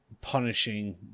punishing